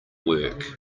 work